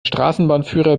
straßenbahnführer